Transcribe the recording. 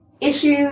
issues